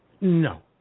no